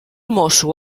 mosso